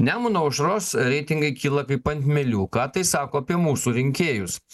nemuno aušros reitingai kyla kaip ant mielių ką tai sako apie mūsų rinkėjus